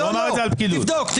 תבדוק.